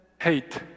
hate